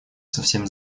совсем